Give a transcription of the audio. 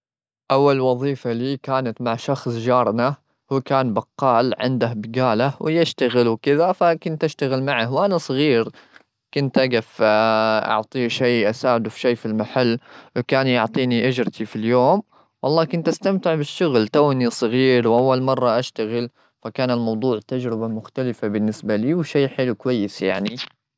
أول وظيفة لي كانت مع شخص جارنا. هو كان بقال عنده بجالة ويشتغل وكذا. فكنت أشتغل معه وأنا صغير. كنت أجف أعطيه شيء، أساعده في شيء في المحل. وكان يعطيني أجرتي في اليوم. والله كنت استمتع بالشغل، توني صغير وأول مرة أشتغل. فكان الموضوع تجربة مختلفة بالنسبة لي وشي حلو كويس يعني.